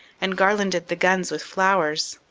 and garlanded the guns with flowers.